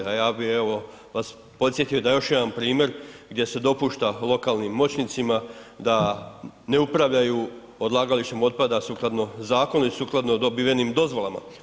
A ja bi evo vas podsjetio da još jedan primjer gdje se dopušta lokalnim moćnicima da ne upravljaju odlagalištem otpada sukladno zakonu i sukladno dobivenim dozvolama.